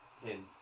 hints